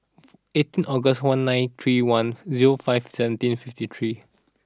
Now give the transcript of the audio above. eighteen August one nine three one zero five seventeen fifty three